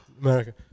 America